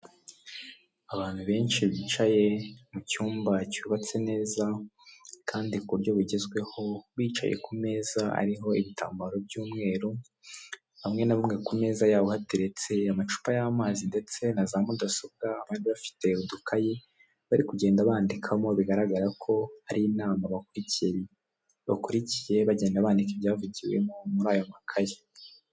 Abantu benshi bicaye mu cyumba cyubatse neza kandi ku buryo bugezweho bicaye ku meza arihoho ibitambaro by'umweru hamwe na bimwe ku meza yabo bateretse amacupa y'amazi ndetse na za mudasobwa bari bafite udukayi bari kugenda bandikamo bigaragara ko hari inama bakurikiye bakurikiye bagenda bandika ibyavugiwe muri ayo makayi.